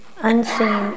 unseen